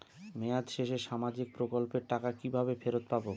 মেয়াদ শেষে সামাজিক প্রকল্পের টাকা কিভাবে ফেরত পাবো?